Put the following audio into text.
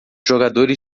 jogadores